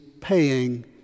paying